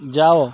ଯାଅ